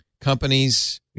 companies